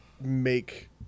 make